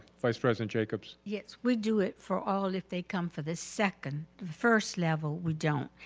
vice president jacobs? yes, we do it for all if they come for the second, the first level we don't.